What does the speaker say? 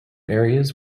areas